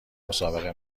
مسابقه